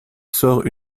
sort